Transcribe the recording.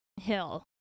Hill